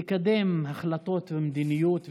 לקדם החלטות ומדיניות וכו',